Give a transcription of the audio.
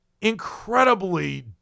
incredibly